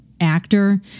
actor